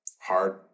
hard